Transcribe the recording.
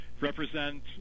represent